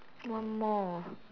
one more